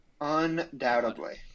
undoubtedly